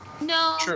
No